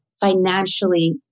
financially